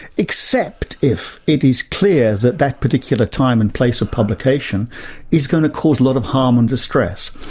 except if it is clear that that particular time and place of publication is going to cause a lot of harm and distress.